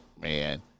man